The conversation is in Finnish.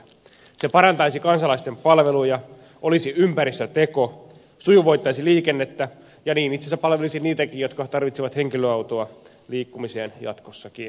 se parantaisi kansalaisten palveluja olisi ympäristöteko sujuvoittaisi liikennettä ja niin itse asiassa palvelisi niitäkin jotka tarvitsevat henkilöautoa liikkumiseen jatkossakin